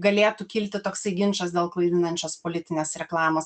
galėtų kilti toksai ginčas dėl klaidinančios politinės reklamos